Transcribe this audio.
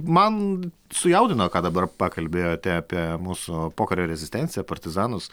man sujaudino ką dabar pakalbėjote apie mūsų pokario rezistenciją partizanus